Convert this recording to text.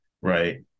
right